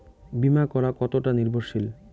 বীমা করা কতোটা নির্ভরশীল?